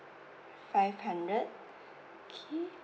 five hundred okay